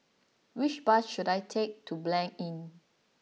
which bus should I take to Blanc Inn